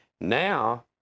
Now